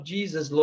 Jesus